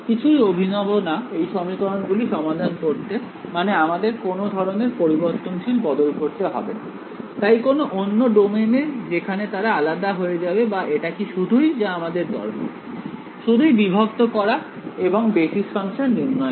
কিছুই অভিনব না এই সমীকরণ গুলি সমাধান করতে মানে আমাদের কোনো ধরনের পরিবর্তনশীল বদল করতে হবে না তাই কোন অন্য ডোমেইন যেখানে তারা আলাদা হয়ে যাবে বা এটা কি শুধুই যা আমাদের দরকার শুধুই বিভক্ত করা এবং বেসিস ফাংশন নির্ণয় করা